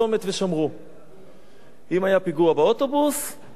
באוטובוס אז באותו אוטובוס שמו בתחנה מישהו שישמור.